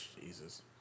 Jesus